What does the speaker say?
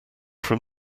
from